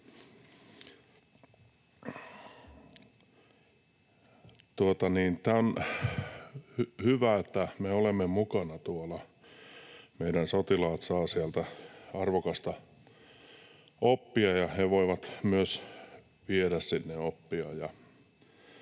On hyvä, että me olemme mukana tuolla. Meidän sotilaat saavat sieltä arvokasta oppia, ja he voivat myös viedä sinne oppia.